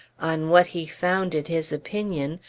on what he founded his opinion,